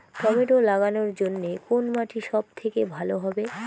Tomato লাগানোর জন্যে কোন মাটি সব থেকে ভালো হবে?